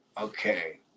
Okay